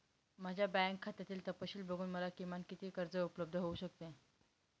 माझ्या बँक खात्यातील तपशील बघून मला किमान किती कर्ज उपलब्ध होऊ शकते?